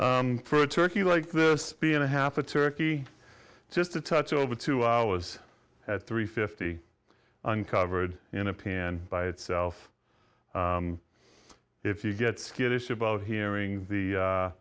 thanks for a turkey like this being a half a turkey just a touch over two hours at three fifty uncovered in a piano by itself if you get skittish about hearing the